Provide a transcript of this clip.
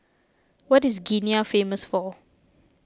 what is Guinea famous for